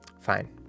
Fine